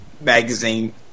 magazine